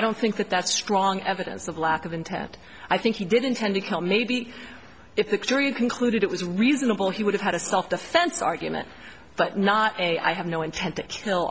i don't think that that's strong evidence of lack of intent i think he did intend to kill maybe if the jury concluded it was reasonable he would have had a self defense argument but not a i have no intent to kill